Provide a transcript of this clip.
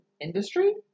industry